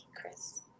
Chris